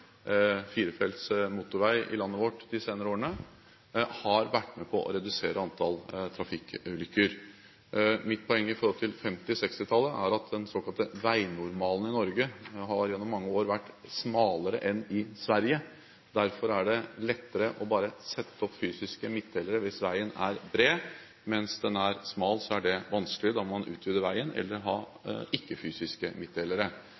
firefelts motorvei i landet vårt de senere årene har vært med på å redusere antall trafikkulykker. Mitt poeng når det gjelder 1950- og 1960-tallet, er at den såkalte veinormalen i Norge har gjennom mange år vært smalere enn i Sverige. Derfor er det lettere å sette opp fysiske midtdelere hvis veien er bred, men hvis den er smal, er det vanskelig. Da må man utvide veien eller ha ikke-fysiske midtdelere.